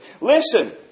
Listen